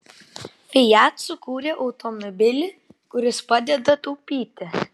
fiat sukūrė automobilį kuris padeda taupyti